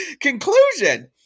conclusion